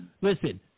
Listen